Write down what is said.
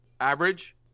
average